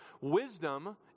Wisdom